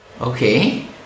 Okay